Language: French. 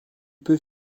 peut